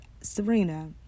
Serena